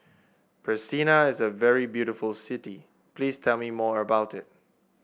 Pristina is a very beautiful city please tell me more about it